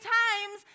times